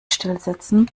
stillsitzen